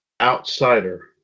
outsider